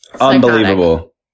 Unbelievable